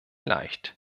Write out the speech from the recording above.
leicht